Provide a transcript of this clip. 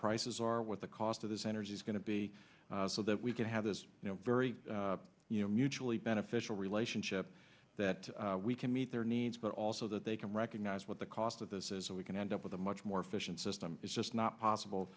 prices are what the cost of this energy is going to be so that we can have this very you know mutually beneficial relationship that we can meet their needs but also that they can recognise what the cost of this is so we can end up with a much more efficient system it's just not possible